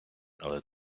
але